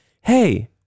hey